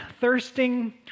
thirsting